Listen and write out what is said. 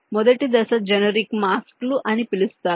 మొదటి దశ జెనరిక్ మాస్క్లు అని పిలుస్తారు